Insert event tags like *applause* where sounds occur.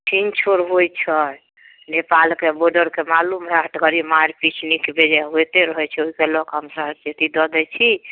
छीन छोड़ होय छै नेपालके बोडर कऽ मालूम हए हट घड़ी मारपीट *unintelligible* होयते रहैत छै ओहिके लऽ के हम सहचेती दऽ दैत छी